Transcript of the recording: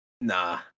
nah